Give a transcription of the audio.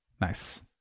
Nice